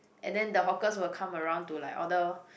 and then the hawkers will come around to like order